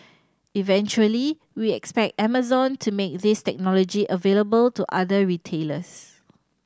eventually we expect Amazon to make this technology available to other retailers